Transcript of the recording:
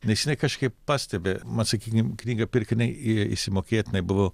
nes jinai kažkaip pastebi vat sakykim knyga pirkiniai išsimokėtinai buvo